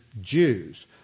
Jews